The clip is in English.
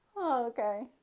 okay